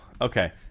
Okay